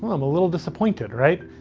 i'm a little disappointed, right?